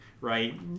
right